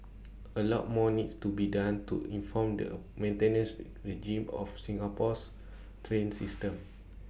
A lot more needs to be done to inform the maintenance regime of Singapore's train system